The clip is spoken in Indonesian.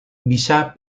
bisa